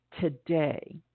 today